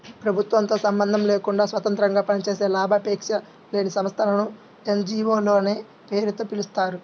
ప్రభుత్వంతో సంబంధం లేకుండా స్వతంత్రంగా పనిచేసే లాభాపేక్ష లేని సంస్థలను ఎన్.జీ.వో లనే పేరుతో పిలుస్తారు